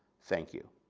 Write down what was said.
thank you.